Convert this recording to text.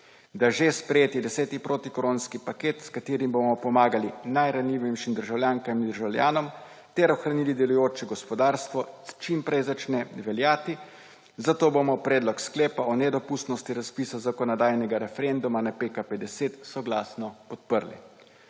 da že sprejeti deseti protikoronski paket, s katerim bomo pomagali najranljivejšim državljankam in državljanom ter ohranili delujoče gospodarstvo, začne čim prej veljati. Zato bomo predlog sklepa o nedopustnosti razpisa zakonodajnega referenduma na PKP10 soglasno podprli.